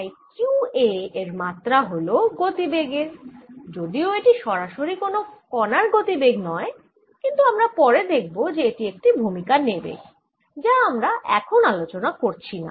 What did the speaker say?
তাই q A এর মাত্রা হল গতিবেগের যদিও এটি সরাসরি কোন কণার গতিবেগ নয় কিন্তু আমরা পরে দেখব যে এটি একটি ভুমিকা নেবে যা আমরা এখন আলোচনা করছি না